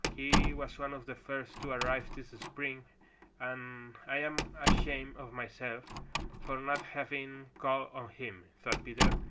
he was one of the first to arrive this spring and i'm ashamed of myself for not having called on him, thought peter,